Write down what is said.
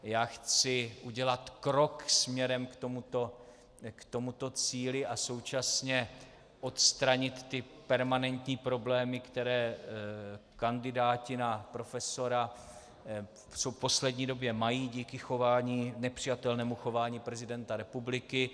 Já chci udělat krok směrem k tomuto cíli a současně odstranit ty permanentní problémy, které kandidáti na profesora v poslední době mají díky chování, nepřijatelnému chování, prezidenta republiky.